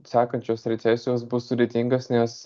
sekančios recesijos bus sudėtingas nes